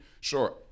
sure